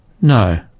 No